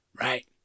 Right